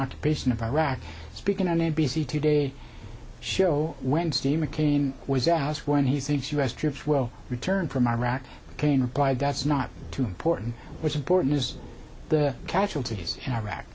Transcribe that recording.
occupation of iraq speaking on n b c today show wednesday mccain was asked when he thinks u s troops will return from iraq again replied that's not too important what's important is the casualties in iraq